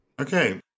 Okay